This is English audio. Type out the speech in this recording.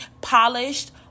Polished